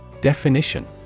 Definition